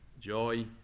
joy